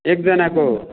एकजनाको